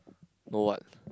know what